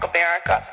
America